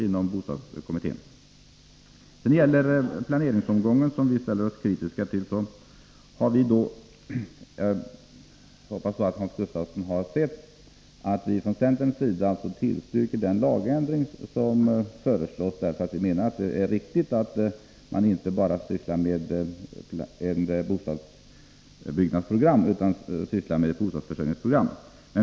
När det gäller planeringsomgången, som vi ställer oss kritiska till, hoppas jag att Hans Gustafsson har sett att vi från centerns sida tillstyrker den lagändring som föreslås. Vi menar att det är riktigt att man inte bara sysslar med ett bostadsbyggnadsprogram utan även har ett bostadsförsörjningsprogram.